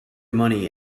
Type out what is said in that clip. money